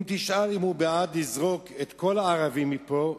אם תשאל אם הוא בעד לזרוק את כל הערבים מפה,